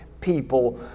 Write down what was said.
people